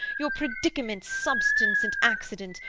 your predicaments, substance, and accident,